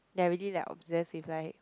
they are already like obsessed with like